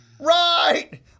right-